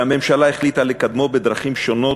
והממשלה החליטה לקדמו בדרכים שונות.